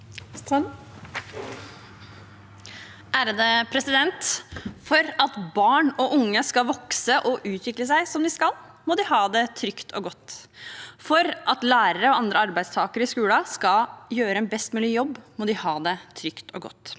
(Sp) For at barn og unge skal vokse og utvikle seg som de skal, må de ha det trygt og godt. For at lærere og andre arbeidstakere i skolen skal gjøre en best mulig jobb, må de ha det trygt og godt.